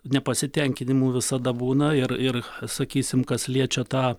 nepasitenkinimų visada būna ir ir sakysim kas liečia tą